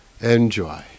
enjoy